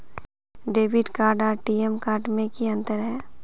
Debit card आर टी.एम card में की अंतर है?